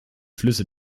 flüsse